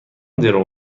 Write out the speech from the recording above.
درو